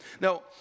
Now